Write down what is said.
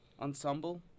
Ensemble